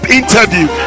interview